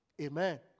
Amen